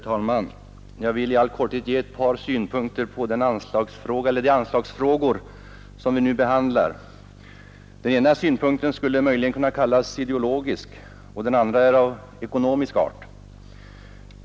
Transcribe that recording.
Herr talman! Jag vill i all korthet ge ett par synpunkter på de anslagsfrågor som vi nu behandlar. Den ena synpunkten skulle möjligen kunna kallas ideologisk, den andra är av ekonomisk art.